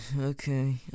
Okay